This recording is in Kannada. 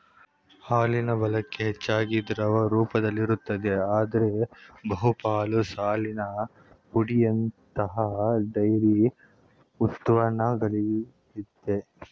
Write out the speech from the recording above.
ಹಾಲಿನಬಳಕೆ ಹೆಚ್ಚಾಗಿ ದ್ರವ ರೂಪದಲ್ಲಿರುತ್ತದೆ ಆದ್ರೆ ಬಹುಪಾಲು ಹಾಲಿನ ಪುಡಿಯಂತಹ ಡೈರಿ ಉತ್ಪನ್ನಗಳಲ್ಲಿದೆ